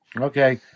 Okay